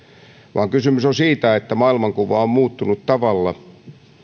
vaan kysymys on siitä että maailmankuva on muuttunut tavalla